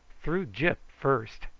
through gyp first.